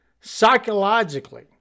psychologically